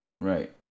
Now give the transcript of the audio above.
Right